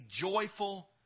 joyful